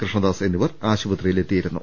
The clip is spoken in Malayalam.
കൃഷ്ണദാസ് എന്നിവർ ആശുപത്രിയിലെത്തിയിരുന്നു